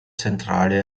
zentrale